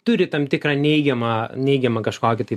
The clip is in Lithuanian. turi tam tikrą neigiamą neigiamą kažkokį tai